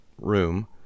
room